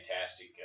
fantastic